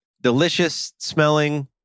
delicious-smelling